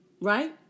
right